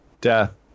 death